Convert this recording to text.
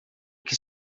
que